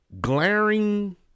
glaring